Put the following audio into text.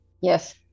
Yes